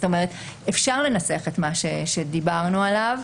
אפשר לנסח מה שדיברנו עליו.